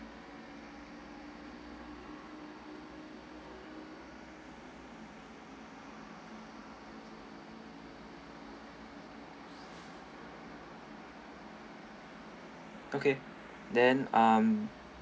okay then um